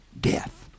death